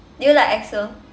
did you like exo